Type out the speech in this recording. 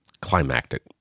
climactic